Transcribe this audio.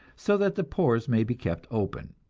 so that the pores may be kept open.